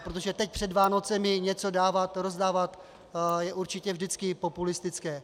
Protože teď před Vánoci něco dávat, rozdávat, je určitě vždycky populistické.